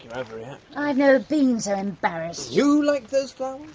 i've i've never been so embarrassed. you liked those flowers.